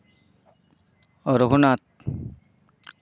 Raghunath